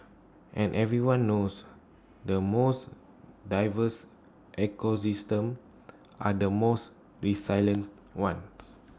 and everyone knows the most diverse ecosystem are the most re silent ones